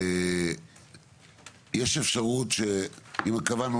יש אפשרות שאם קבענו,